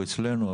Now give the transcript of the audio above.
אצלנו,